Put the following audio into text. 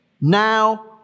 now